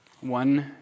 one